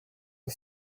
you